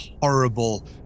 horrible